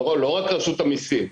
לא רק רשות המיסים.